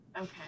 Okay